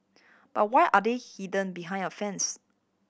but why are they hidden behind a fence